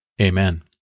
Amen